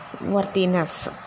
worthiness